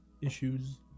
issues